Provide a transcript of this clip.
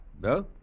No